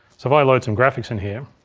so if i load some graphics in here,